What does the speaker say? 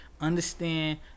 understand